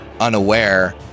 unaware